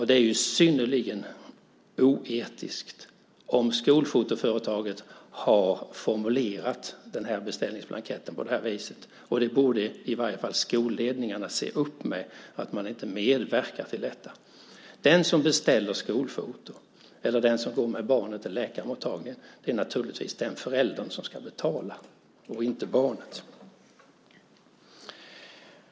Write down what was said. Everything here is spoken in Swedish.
Det är synnerligen oetiskt om skolfotoföretaget har formulerat beställningsblanketten på detta vis, och det borde i varje fall skolledningarna se upp med så att de inte medverkar till detta. Den förälder som beställer skolfoto eller går med barnet till läkarmottagningen är naturligtvis den som ska betala - inte barnet.